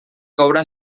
coure